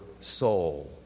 soul